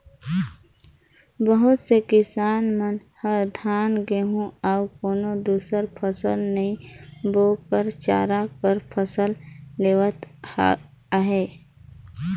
बहुत से किसान मन हर धान, गहूँ अउ कोनो दुसर फसल नी बो कर चारा कर फसल लेवत अहे